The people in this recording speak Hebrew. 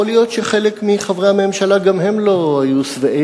יכול להיות שחלק מחברי הממשלה גם הם לא היו שבעי